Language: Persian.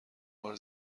بار